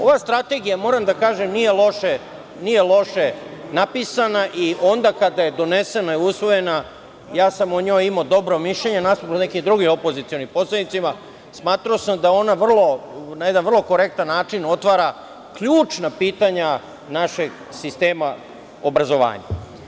Ovo je strategija, moram da kažem, nije loše napisana i onda kada je donesena i usvojena, ja sam o njoj imao dobro mišljenje nasuprot nekim drugim opozicionim poslanicima, smatrao sam da ona na jedan vrlo korektan način otvara ključna pitanja našeg sistema obrazovanja.